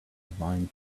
bind